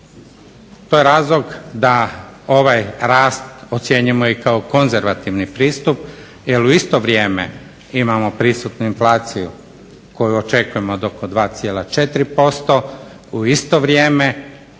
To je razlog da ovaj rast ocjenjujemo i kao konzervativni pristup jer u isto vrijeme imamo prisutnu inflaciju koju očekujemo od oko 2,4%. U isto vrijeme